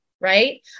Right